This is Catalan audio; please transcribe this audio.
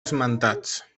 esmentats